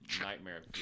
nightmare